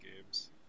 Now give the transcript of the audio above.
games